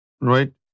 right